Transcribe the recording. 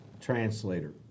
Translator